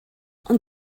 ond